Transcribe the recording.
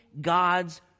God's